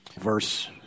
verse